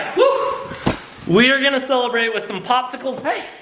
whew! we are gonna celebrate with some popsicles. hey!